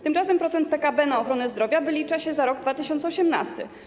Tymczasem procent PKB na ochronę zdrowia wylicza się za rok 2018.